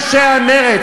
רק אנשי המרצ.